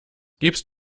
gibst